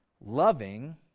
loving